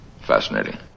Fascinating